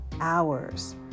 hours